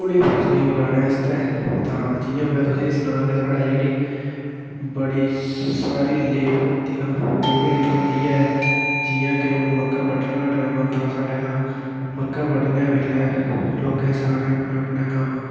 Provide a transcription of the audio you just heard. उ'नें फसलें गी उगाने आस्तै तां जि'यां में तुसेंगी सनांऽ कि साढ़े जेह्ड़ी बड़ी सारी लेबर होंदी ना ओह् कोई निं थ्होंदी ऐ जि'यां कि हू'न मक्कां बड्ढना टाईम आंदा साढ़े तां मक्कां बड्ढने बेल्लै लोकें सारें अपने अपने कम्म